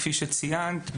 כפי שציינת,